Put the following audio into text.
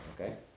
okay